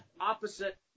opposite